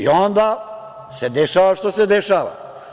Onda se dešava šta se dešava.